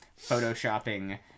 Photoshopping